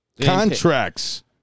Contracts